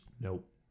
nope